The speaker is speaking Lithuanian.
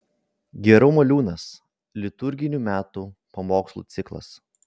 gerumo liūnas liturginių metų pamokslų ciklas